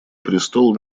престол